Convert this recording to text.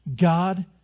God